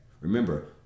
remember